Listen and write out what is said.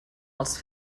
els